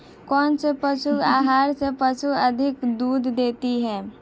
कौनसे पशु आहार से पशु अधिक दूध देते हैं?